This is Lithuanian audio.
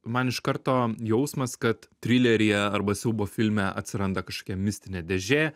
man iš karto jausmas kad trileryje arba siaubo filme atsiranda kažkokia mistinė dėžė